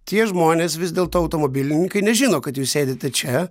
tie žmonės vis dėl to automobilininkai nežino kad jūs sėdite čia